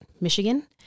Michigan